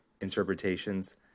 interpretations